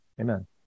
Amen